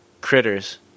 Critters